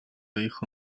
hijo